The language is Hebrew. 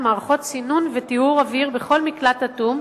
מערכות סינון וטיהור אוויר בכל מקלט אטום"